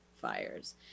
fires